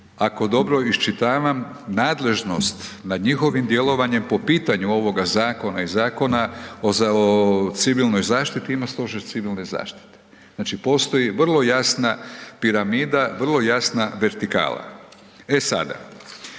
ako dobro iščitavam nadležnost nad njihovim djelovanjem po pitanju ovoga zakona i Zakona o civilnoj zaštiti ima Stožer civilne zaštite. Znači postoji vrlo jasna piramida, vrlo jasna vertikala. E sada,